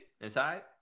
inside